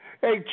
Hey